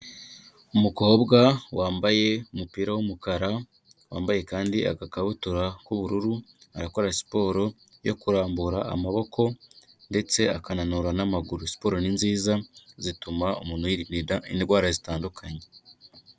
Umukobwa wambaye umupira w'umukara wambaye kandi agakabutura k'ubururu arakora siporo yo kurambura amaboko ndetse akananura n'amaguru, siporo ni nziza zituma umuntu yirinda indwara zitandukanye.